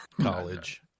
College